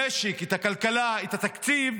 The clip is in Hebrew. המשק, את הכלכלה, את התקציב